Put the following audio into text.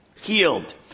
healed